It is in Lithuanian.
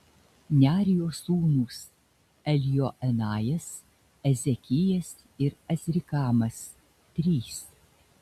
nearijos sūnūs eljoenajas ezekijas ir azrikamas trys